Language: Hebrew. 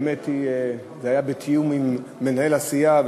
האמת היא שזה היה בתיאום עם מנהל הסיעה,